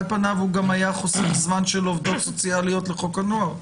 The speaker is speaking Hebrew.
על פניו הוא גם היה חוסך זמן של עובדות סוציאליות לחוק הנוער.